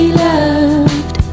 loved